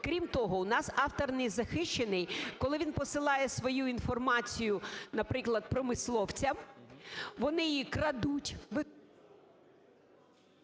Крім того, у нас автор не захищений. Коли він посилає свою інформацію, наприклад, промисловцям, вони її крадуть...